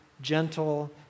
gentle